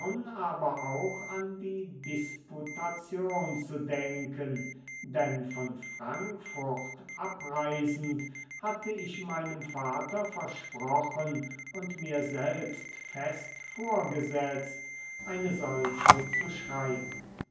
aber auch an die disputation zu denken denn von frankfurt abreisend hatte ich meinem vater versprochen und mir selbst fest vorgesetzt eine solche zu schreiben